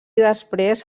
després